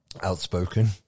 outspoken